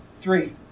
Three